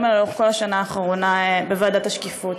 האלה לאורך כל השנה האחרונה בוועדת השקיפות.